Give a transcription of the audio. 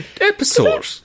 episode